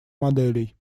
моделей